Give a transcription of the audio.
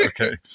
Okay